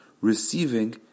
receiving